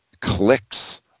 clicks